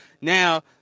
Now